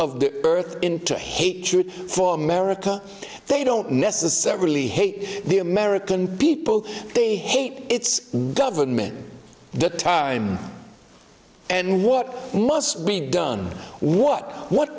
earth into hatred for america they don't necessarily hate the american people they hate it's government the time and what must be done what what